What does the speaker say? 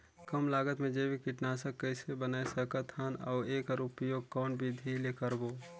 कम लागत मे जैविक कीटनाशक कइसे बनाय सकत हन अउ एकर उपयोग कौन विधि ले करबो?